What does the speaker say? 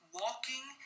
walking